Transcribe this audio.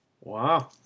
Wow